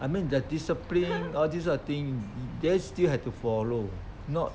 I mean the discipline this kind of thing they still have to follow not